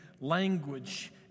language